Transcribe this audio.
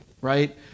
right